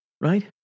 Right